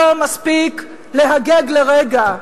לא מספיק להגג לרגע.